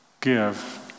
give